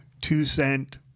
two-cent